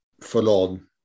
full-on